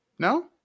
No